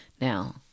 Now